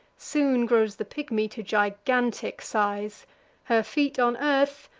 soon grows the pigmy to gigantic size her feet on earth,